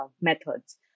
methods